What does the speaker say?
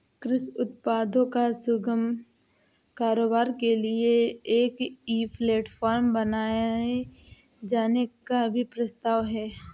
कृषि उत्पादों का सुगम कारोबार के लिए एक ई प्लेटफॉर्म बनाए जाने का भी प्रस्ताव है